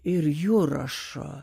ir jurašo